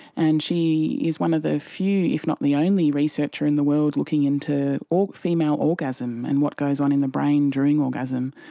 and she is one of the few, if not the only researcher in the world looking into ah female orgasm and what goes on in the brain during orgasm,